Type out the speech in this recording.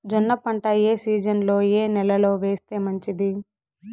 జొన్న పంట ఏ సీజన్లో, ఏ నెల లో వేస్తే మంచిది?